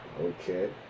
Okay